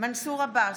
מנסור עבאס,